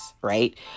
right